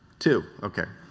two. okay.